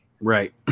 Right